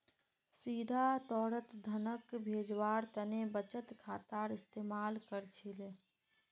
सीधा तौरत धनक भेजवार तने बचत खातार इस्तेमाल कर छिले